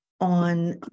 on